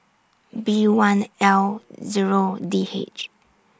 B one L Zero D H